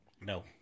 No